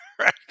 Right